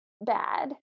bad